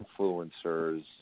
influencers